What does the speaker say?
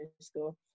school